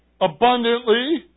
Abundantly